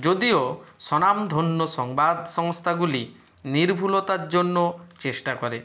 যদিও স্বনাম ধন্য সংবাদ সংস্থাগুলি নির্ভুলতার জন্য চেষ্টা করে